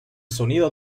sonido